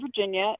Virginia